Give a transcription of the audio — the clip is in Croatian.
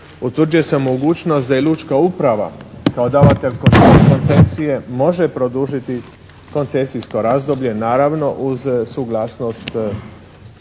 utvrđuje se mogućnost da je lučka uprava kao davatelj koncesije može produžiti koncesijsko razdoblje naravno uz suglasnost